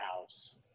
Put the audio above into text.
house